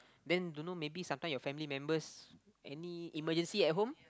then don't know maybe sometime your family members any emergency at home